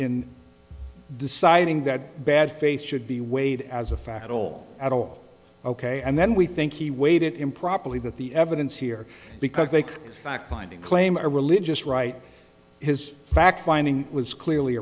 in deciding that bad faith should be weighed as a fact at all at all ok and then we think he weighed it improperly but the evidence here because they fact finding claim a religious right has fact finding was clearly